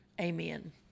Amen